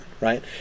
right